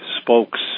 spokes